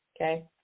okay